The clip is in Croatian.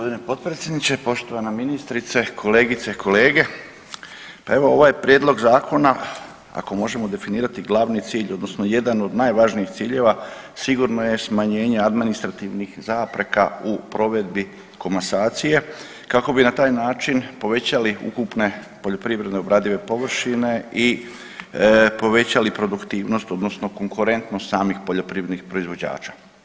Poštovani gospodine potpredsjedniče, poštovana ministrice, kolegice, kolege, pa evo ovaj prijedlog zakona ako možemo definirati glavni cilj odnosno jedan od najvažnijih ciljeva sigurno je smanjenje administrativnih zapreka u provedbi komasacije kako bi na taj način povećali ukupne poljoprivredne obradive površine i povećali produktivnost odnosno konkurentnost samih poljoprivrednih proizvođača.